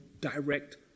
direct